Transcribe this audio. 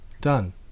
Done